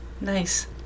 Nice